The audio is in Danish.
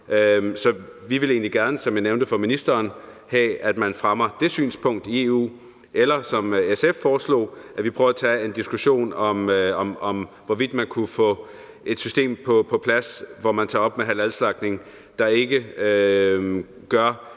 så vi vil egentlig gerne, som jeg nævnte for ministeren, have, at man fremmer det synspunkt i EU, eller, som SF foreslog, at vi prøver at tage en diskussion om, hvorvidt man kunne få et system på plads, hvor man gør op med halalslagtning, men som ikke gør,